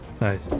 Nice